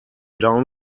down